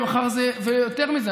ויותר מזה,